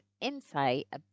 insight